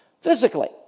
physically